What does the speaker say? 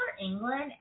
England